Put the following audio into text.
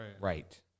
right